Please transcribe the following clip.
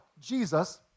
Jesus